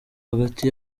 hagati